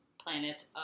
planet